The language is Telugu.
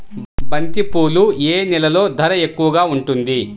బంతిపూలు ఏ నెలలో ధర ఎక్కువగా ఉంటుంది?